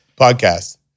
podcast